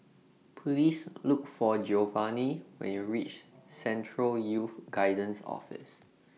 Please Look For Giovani when YOU REACH Central Youth Guidance Office